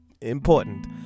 important